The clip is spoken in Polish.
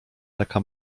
taka